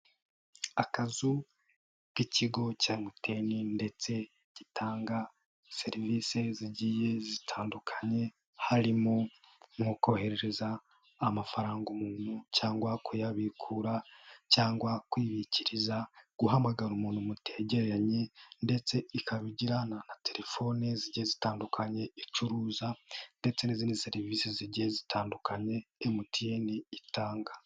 Akazu k'ikigo cya MTN ndetse gitanga serivisi zigiye zitandukanye harimo nko koherereza amafaranga umuntu cyangwa kuyabikura cyangwa kwibikiriza, guhamagara umuntu mutegeranye ndetse ikaba igira na telefoni zigiye zitandukanye icuruza ndetse n'izindi serivisi zigiye zitandukanye MTN itanga.